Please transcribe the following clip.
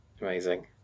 amazing